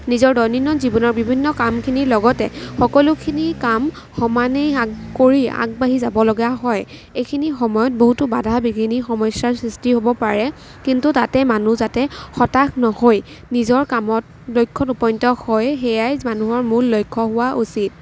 নিজৰ দৈনন্দিন জীৱনৰ বিভিন্ন কামখিনিৰ লগতে সকলোখিনি কাম সমানেই আগ কৰি আগবাঢ়ি যাব লগা হয় এইখিনি সময়ত বহুতো বাধা বিঘিনি সমস্যাৰ সৃষ্টি হ'ব পাৰে কিন্তু তাতে মানুহ যাতে হতাশ নহৈ নিজৰ কামত লক্ষ্যত উপনীত হয় সেয়াই মানুহৰ মূল লক্ষ্য় হোৱা উচিত